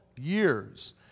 years